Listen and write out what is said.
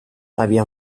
había